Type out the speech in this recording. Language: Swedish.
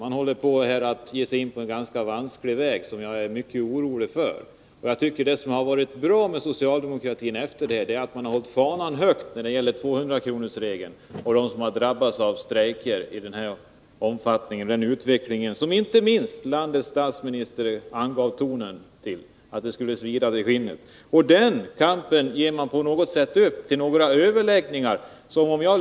Socialdemokraterna håller på att ge sig in på en ganska vansklig väg, och det oroar mig. Jag tycker att det som varit bra med socialdemokratin är att man hållit fanan högt när det gäller 200-kronorsregeln och dem som drabbats av strejker. Vi har ju fått en utveckling som inte minst landets statsminister angav tonen för, när han sade att det skulle svida i skinnet. Men den här kampen för 200-kronorsregeln ger socialdemokratin nu på något sätt upp för några överläggningar.